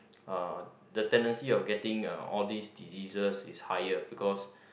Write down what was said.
uh the tendency of getting uh all these illnesses is higher because